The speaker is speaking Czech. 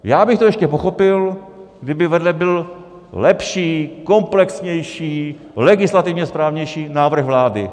Já bych to ještě pochopil, kdyby vedle byl lepší, komplexnější, legislativně správnější návrh vlády.